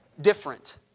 different